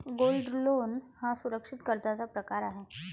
gold loan हा सुरक्षित कर्जाचा प्रकार आहे